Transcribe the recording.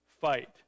fight